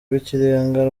rw’ikirenga